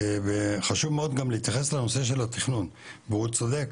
וחשוב מאוד גם להתייחס לנושא של התכנון והוא צודק,